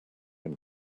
and